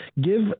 give